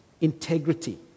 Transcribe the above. Integrity